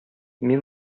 мин